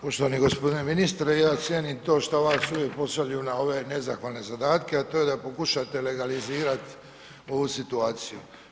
Poštovani g. ministre, ja cijenim to što vas uvijek pošalju na ove nezahvalne zadatke, a to je da pokušate legalizirat ovu situaciju.